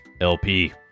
LP